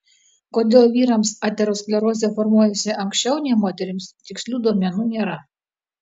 kodėl vyrams aterosklerozė formuojasi anksčiau nei moterims tikslių duomenų nėra